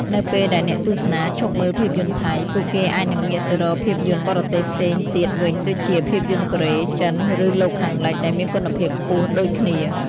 នៅពេលដែលអ្នកទស្សនាឈប់មើលភាពយន្តថៃ ពួកគេអាចនឹងងាកទៅរកភាពយន្តបរទេសផ្សេងទៀតវិញដូចជា ភាពយន្តកូរ៉េ ចិន ឬលោកខាងលិច ដែលមានគុណភាពខ្ពស់ដូចគ្នា។